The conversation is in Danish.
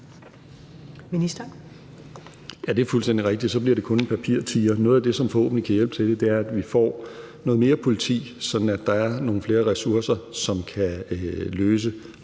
Det er fuldstændig rigtigt, at så bliver det kun en papirtiger. Noget af det, som forhåbentlig kan hjælpe på det, er, at vi får noget mere politi, så der er nogle flere ressourcer, så man kan løse